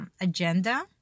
agenda